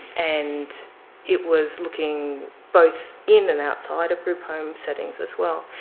and it was looking both in and outside of group home settings as well.